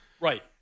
Right